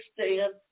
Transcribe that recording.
understand